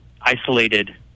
isolated